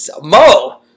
Mo